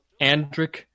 andric